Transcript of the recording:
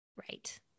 Right